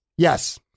Yes